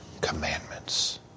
commandments